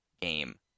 game